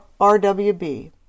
RWB